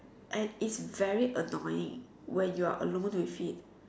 and it's very annoying when you are alone with it